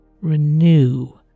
renew